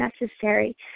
necessary